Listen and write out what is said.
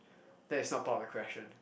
that is not part of the question